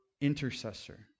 intercessor